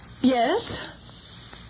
Yes